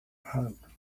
home